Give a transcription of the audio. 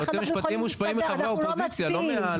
איך אנחנו יכולים להסתדר אנחנו לא מצביעים.